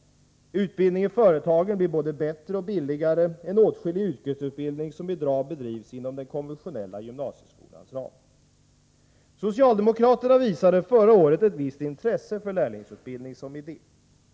Utbildning i företagen blir både bättre och billigare än åtskillig yrkesutbildning som i dag bedrivs inom den konventionella gymnasieskolans ram. Socialdemokraterna visade förra året ett visst intresse för lärlingsutbildning som idé.